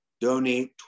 donate